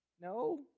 No